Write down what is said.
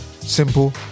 simple